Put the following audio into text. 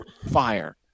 fire